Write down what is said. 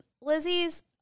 Lizzie's